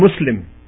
Muslim